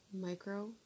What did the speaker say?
micro